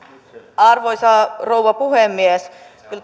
arvoisa rouva puhemies kyllä